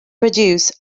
produce